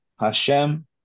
Hashem